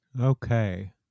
Okay